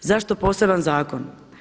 Zašto poseban zakon?